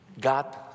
God